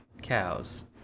cows